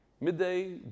Midday